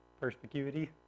Perspicuity